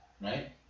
right